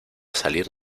salir